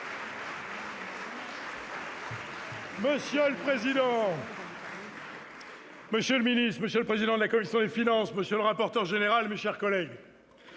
Monsieur le président, monsieur le secrétaire d'État, monsieur le président de la commission des finances, monsieur le rapporteur général, mes chers collègues,